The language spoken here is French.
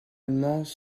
allemands